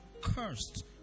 cursed